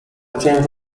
change